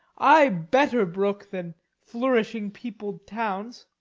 i better brook than flourishing peopled towns.